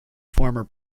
former